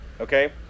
Okay